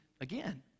again